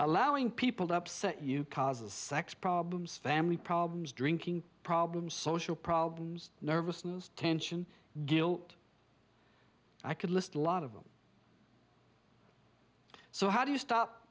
allowing people to upset you causes sex problems family problems drinking problems social problems nervousness tension guilt i could list lot of them so how do you stop